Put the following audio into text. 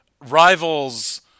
rivals